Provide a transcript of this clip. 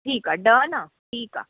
ठीकु आहे ॾह न ठीकु आहे